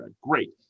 Great